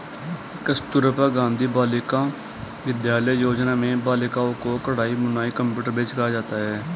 कस्तूरबा गाँधी बालिका विद्यालय योजना में बालिकाओं को कढ़ाई बुनाई कंप्यूटर भी सिखाया जाता है